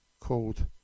called